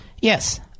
Yes